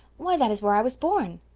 why, that is where i was born.